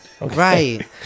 Right